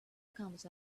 comes